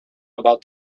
about